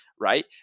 right